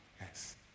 Yes